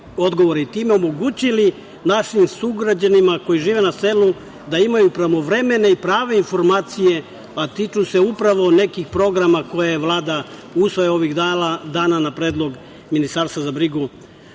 odgovore i time omogućili našim sugrađanima koji žive na selu da imaju pravovremene i prave informacije, a tiču se upravo nekih programa koje Vlada usvaja ovih dana na predlog Ministarstva za brigu